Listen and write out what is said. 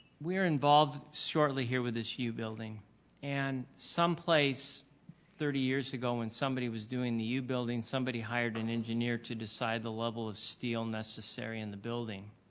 we are involved shortly here with this u building and some place thirty years ago when somebody was doing the u building, somebody hired an engineer to decide the level of steel necessary in the building.